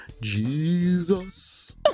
Jesus